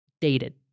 Dated